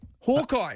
Hawkeye